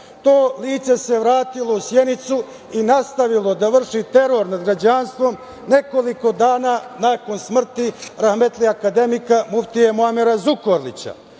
To lice se vratilo u Sjenicu i nastavilo da vrši teror nad građanstvom nekoliko dana nakon smrti rahmetlija akademika muftije Muamera Zukorlića.